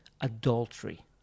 adultery